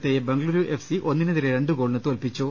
ത്തയെ Bengaluru F C ഒന്നിനെതിരെ രണ്ടു ഗോളിന് തോൽപിച്ചു